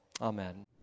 Amen